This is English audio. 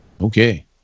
Okay